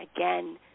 Again